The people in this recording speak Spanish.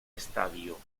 estadio